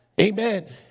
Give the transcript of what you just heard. Amen